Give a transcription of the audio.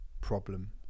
problem